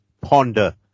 ponder